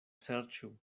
serĉu